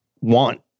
want